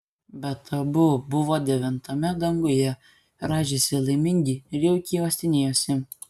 bet abu buvo devintame danguje rąžėsi laimingi ir jaukiai uostinėjosi